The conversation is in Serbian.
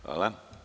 Hvala.